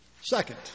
Second